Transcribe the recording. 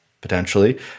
potentially